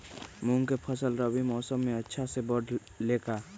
मूंग के फसल रबी मौसम में अच्छा से बढ़ ले का?